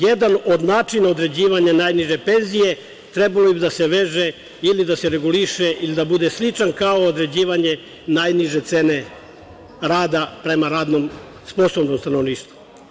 Jedan od načina određivanja najniže penzije trebalo bi da se veže ili da se reguliše ili da bude sličan kao određivanje najniže cene rada prema radno sposobnom stanovništvu.